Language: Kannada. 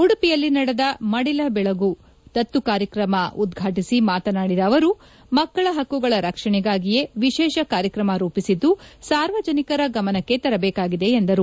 ಉದುಪಿಯಲ್ಲಿ ನಡೆದ ಮದಿಲ ಬೆಳಗು ದತ್ತು ಕಾರ್ಯಕ್ರಮ ಉದ್ವಾಟಿಸಿ ಮಾತನಾಡಿದ ಅವರು ಮಕ್ಕಳ ಹಕ್ಕುಗಳ ರಕ್ಷಣೆಗಾಗಿಯೇ ವಿಶೇಷ ಕಾರ್ಯಕ್ರಮ ರೂಪಿಸಿದ್ದು ಸಾರ್ವಜನಿಕರ ಗಮನಕ್ಕೆ ತರಬೇಕಾಗಿದೆ ಎಂದರು